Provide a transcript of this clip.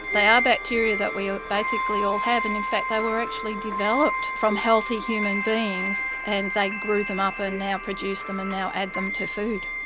they are bacteria that we ah basically all have and in fact they were actually developed from healthy human beings and they grew them up and now produce them and now add them to food.